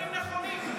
--- דברים נכונים.